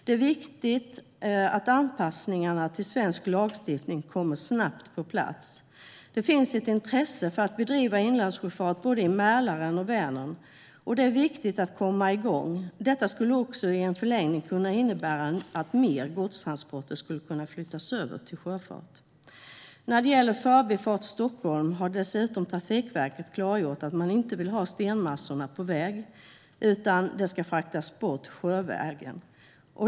Det är viktigt att anpassningarna till svensk lagstiftning kommer snabbt på plats. Det finns ett intresse för att bedriva inlandssjöfart i både Mälaren och Vänern, och det är viktigt att komma igång. Detta skulle också i en förlängning kunna innebära att mer godstransporter kan flyttas över till sjöfart. När det gäller Förbifart Stockholm har Trafikverket dessutom klargjort att man inte vill ha stenmassorna på väg, utan de ska fraktas bort sjövägen.